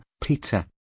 Peter